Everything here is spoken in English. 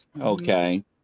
Okay